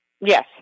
Yes